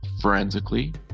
forensically